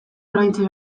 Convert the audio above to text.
oraintxe